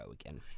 again